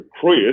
Chris